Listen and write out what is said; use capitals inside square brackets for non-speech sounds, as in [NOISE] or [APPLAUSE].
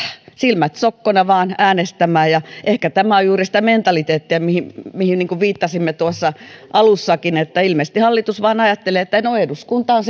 silmät sokkona vain äänestämään ehkä tämä on juuri sitä mentaliteettia mihin mihin viittasimme tuossa alussakin että ilmeisesti hallitus vain ajattelee että no eduskunta on [UNINTELLIGIBLE]